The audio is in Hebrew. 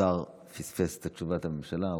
השר פספס, תשובת הממשלה.